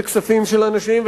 זה כספים של אנשים,